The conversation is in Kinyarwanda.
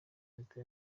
leta